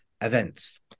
events